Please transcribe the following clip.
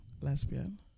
lesbian